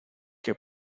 que